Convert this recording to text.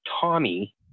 Tommy